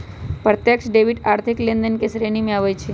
प्रत्यक्ष डेबिट आर्थिक लेनदेन के श्रेणी में आबइ छै